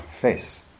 face